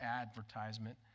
advertisement